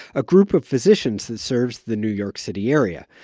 a group of physicians that serves the new york city area.